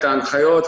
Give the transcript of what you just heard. את ההנחיות,